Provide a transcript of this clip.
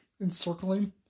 encircling